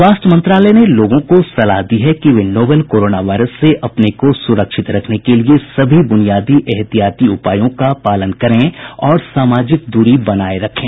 स्वास्थ्य मंत्रालय ने लोगों को सलाह दी है कि वे नोवल कोरोना वायरस से अपने को सुरक्षित रखने के लिए सभी ब्रनियादी एहतियाती उपायों का पालन करें और सामाजिक दूरी बनाए रखें